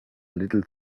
little